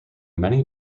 many